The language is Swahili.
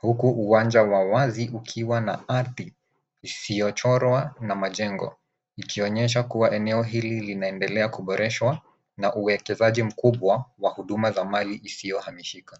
huku uwanja wa wazi ukiwa na ardhi isiyochorwa na majengo ikionyesha kuwa eneo hili linaendelea kuboreshwa na uekezaji mkubwa wa huduma za Mali isiyohamishika.